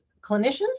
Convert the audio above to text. clinicians